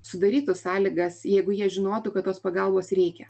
sudarytų sąlygas jeigu jie žinotų kad tos pagalbos reikia